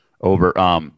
over